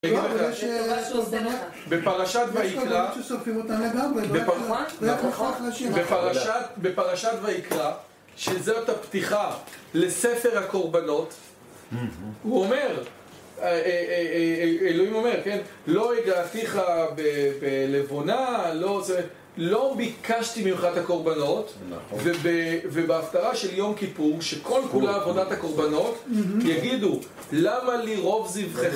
בפרשת ויקרא, בפרשת ויקרא, שזאת הפתיחה לספר הקורבנות, אומר, אלוהים אומר, כן, לא הגעתיך בלבונה, לא ביקשתי ממך את הקורבנות ובהפטרה של יום כיפור שכל כולה אבונת הקורבנות יגידו למה לי רוב זבחכם